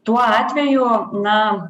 tuo atveju na